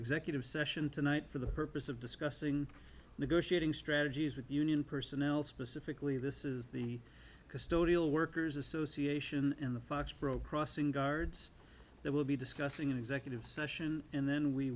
executive session tonight for the purpose of discussing negotiating strategies with the union personnel specifically this is the custodial workers association in the foxboro crossing guards that will be discussing in executive session and then we